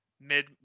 mid